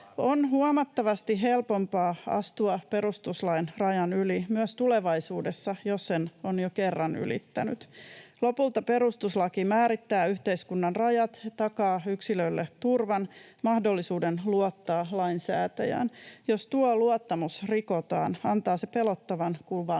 On huomattavasti helpompaa astua perustuslain rajan yli myös tulevaisuudessa, jos sen on jo kerran ylittänyt. Lopulta perustuslaki määrittää yhteiskunnan rajat, takaa yksilölle turvan, mahdollisuuden luottaa lainsäätäjään. Jos tuo luottamus rikotaan, antaa se pelottavan kuvan